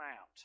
out